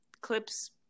clips